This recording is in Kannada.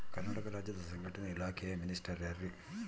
ಕರ್ನಾಟಕ ರಾಜ್ಯದ ಸಂಘಟನೆ ಇಲಾಖೆಯ ಮಿನಿಸ್ಟರ್ ಯಾರ್ರಿ?